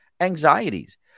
anxieties